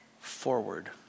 forward